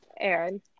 Aaron